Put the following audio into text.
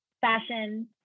fashion